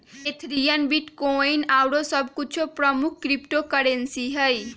Ethereum, bitcoin आउरो सभ कुछो प्रमुख क्रिप्टो करेंसी हइ